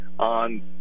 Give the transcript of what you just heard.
on